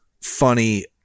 funny